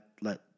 let